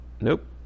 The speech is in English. Nope